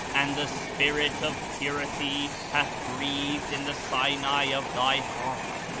and the spirit of purity hath breathed in the sinai of thy heart.